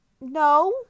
No